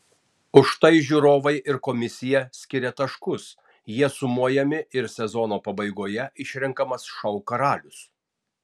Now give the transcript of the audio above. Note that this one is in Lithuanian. už tai žiūrovai ir komisija skiria taškus jie sumojami ir sezono pabaigoje išrenkamas šou karalius